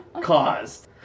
caused